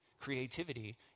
Creativity